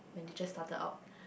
when they just started out